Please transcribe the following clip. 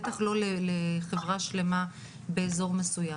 בטח לא לחברה שלמה באזור מסוים,